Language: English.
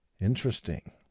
Interesting